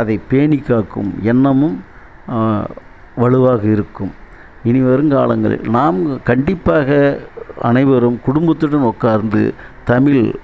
அதை பேணி காக்கும் எண்ணமும் வலுவாக இருக்கும் இனி வரும் காலங்களில் நாம் கண்டிப்பாக அனைவரும் குடும்பத்துடன் உட்கார்ந்து தமிழ்